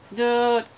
the